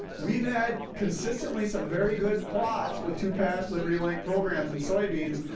we've had consistently some very good plots with two pass liberty link programs in soybeans.